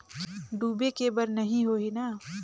डूबे के बर नहीं होही न?